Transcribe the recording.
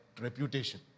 reputation